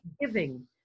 giving